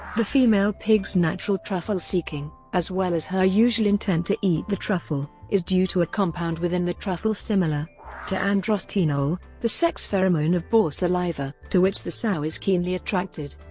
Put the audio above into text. female pig's natural truffle-seeking, as well as her usual intent to eat the truffle, is due to a compound within the truffle similar to androstenol, the sex pheromone of boar saliva, to which the sow is keenly attracted.